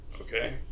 okay